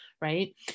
right